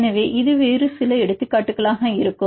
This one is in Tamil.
எனவே இது வேறு சில எடுத்துக்காட்டுகளாக இருக்கும்